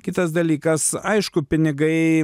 kitas dalykas aišku pinigai